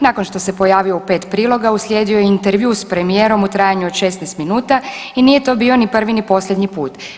Nakon što se pojavio u pet priloga, uslijedio je intervjuu s premijerom u trajanju od 16 minuta i nije to bio ni prvi ni posljednji put.